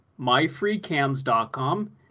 myfreecams.com